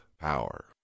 power